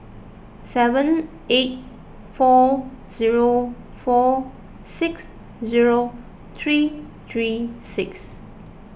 seven eight four zero four six zero three three six